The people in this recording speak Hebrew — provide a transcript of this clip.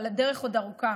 אבל הדרך עוד ארוכה.